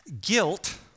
Guilt